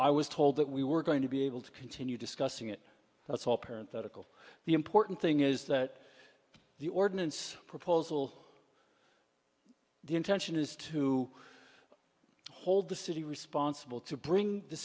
i was told that we were going to be able to continue discussing it that's all parent that occurred the important thing is that the ordinance proposal the intention is to hold the city responsible to bring the